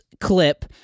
clip